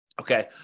Okay